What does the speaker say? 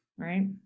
Right